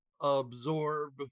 absorb